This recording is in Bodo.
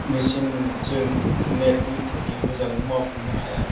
मेसिनजों नेटनि थ्रुयै मोजाङै मावफुंनो हाया